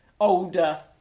older